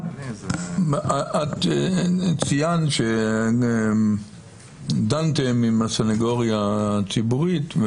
--- ציינת שדנתם עם הסנגוריה הציבורית,